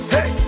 Hey